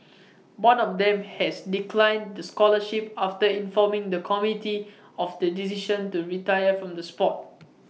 one of them has declined the scholarship after informing the committee of the decision to retire from the Sport